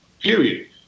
period